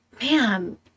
man